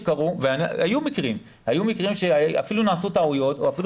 היו מקרים שאפילו נעשו טעויות או אפילו